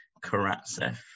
Karatsev